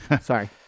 Sorry